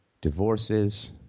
divorces